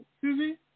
Susie